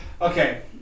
Okay